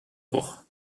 cours